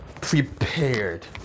prepared